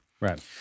Right